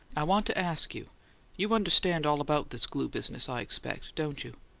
i want to ask you you understand all about this glue business, i expect, don't you?